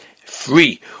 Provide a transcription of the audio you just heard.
free